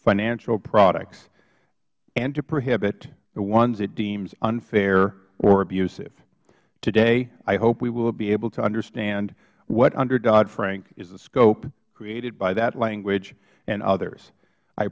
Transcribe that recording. financial products and to prohibit the ones it deems unfair or abusive today i hope we will be able to understand what under doddfrank is the scope created by that language and others i